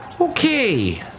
Okay